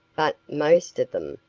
but most of them,